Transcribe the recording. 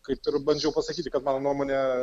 kaip ir bandžiau pasakyti kad mano nuomone